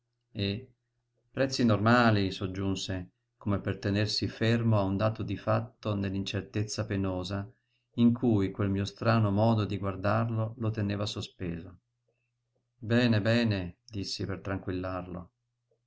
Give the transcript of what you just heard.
e prezzi normali soggiunse come per tenersi fermo a un dato di fatto nell'incertezza penosa in cui quel mio strano modo di guardarlo lo teneva sospeso bene bene dissi per tranquillarlo